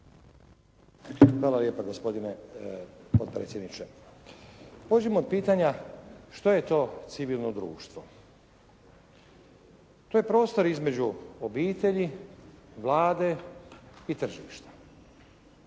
Hvala lijepa. Gospodine potpredsjedniče. Pođimo od pitanja što je to civilno društvo. To je prostor između obitelji, Vlade i tržišta.